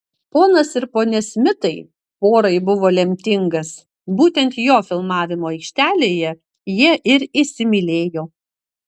ponas ir ponia smitai porai buvo lemtingas būtent jo filmavimo aikštelėje jie ir įsimylėjo